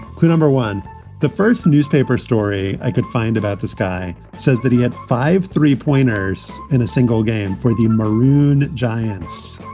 clue number one the first newspaper story i could find about this guy says that he had five three pointers in a single game for the maroon giants,